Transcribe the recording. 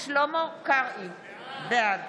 שלמה קרעי, בעד